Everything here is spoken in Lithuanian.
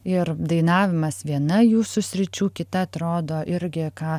ir dainavimas viena jūsų sričių kita atrodo irgi ką